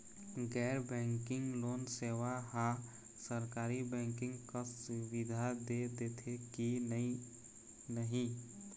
गैर banking loan सेवा हा सरकारी बैंकिंग कस सुविधा दे देथे कि नई नहीं?